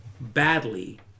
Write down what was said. badly